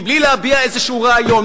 בלי להביע איזה רעיון,